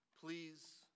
Please